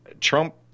Trump